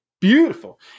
beautiful